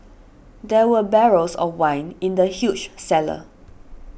there were barrels of wine in the huge cellar